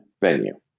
venue